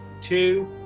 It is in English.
two